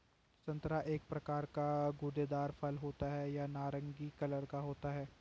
संतरा एक प्रकार का गूदेदार फल होता है यह नारंगी कलर का होता है